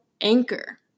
Anchor